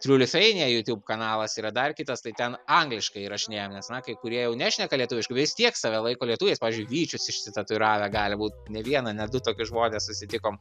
triu lifiuainia youtube kanalas yra dar kitas tai ten angliškai įrašinėjam nes na kai kurie jau nešneka lietuviškai vis tiek save laiko lietuviais pavyžiui vyčius išsitatuiravę gali būt ne vieną ne du tokius žmones susitikom